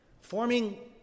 forming